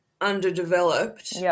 underdeveloped